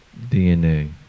DNA